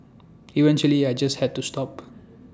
eventually I just had to stop